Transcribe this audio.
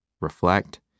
reflect